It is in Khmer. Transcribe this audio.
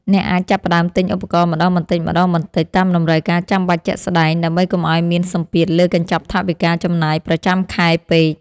អ្នកអាចចាប់ផ្តើមទិញឧបករណ៍ម្តងបន្តិចៗតាមតម្រូវការចាំបាច់ជាក់ស្តែង ដើម្បីកុំឱ្យមានសម្ពាធលើកញ្ចប់ថវិកាចំណាយប្រចាំខែពេក។